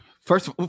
First